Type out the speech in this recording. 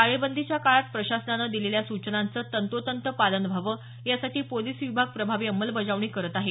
टाळेबंदीच्या काळात प्रशासनानं दिलेल्या सूचनांचं तंतोतंत पालन व्हावं यासाठी पोलीस विभाग प्रभावी अंमलबजावणी करत आहे